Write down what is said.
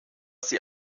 sie